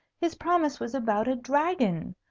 his promise was about a dragon.